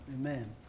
Amen